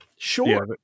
Sure